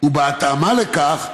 ובהתאמה לכך,